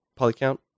polycount